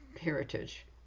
heritage